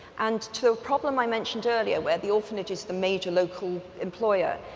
and to the problem i mentioned earlier, where the orphanage is the major local employer,